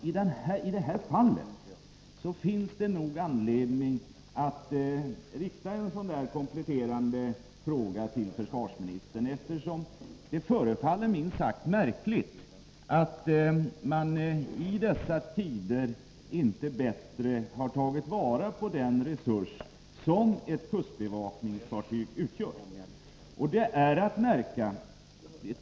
I det här fallet finns det dock anledning att rikta en kompletterande fråga till försvarsministern. Det förefaller minst sagt märkligt att man i dessa tider inte bättre har tagit vara på den resurs som ett kustbevakningsfartyg utgör.